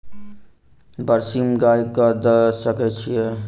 बरसीम गाय कऽ दऽ सकय छीयै?